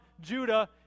Judah